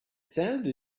sounded